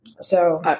So-